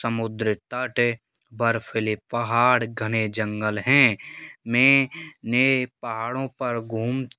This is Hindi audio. समुद्र तट बर्फीली पहाड़ गाने जंगल हैं मैंने पहाड़ों पर घूम